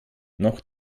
noch